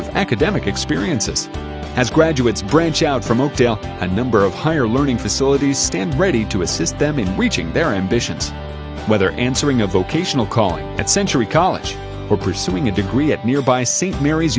of academic experiences as graduates branch out from oakdale a number of higher learning facilities stand ready to assist them in reaching their ambitions whether answering a vocational call at century college or pursuing a degree at nearby c mary's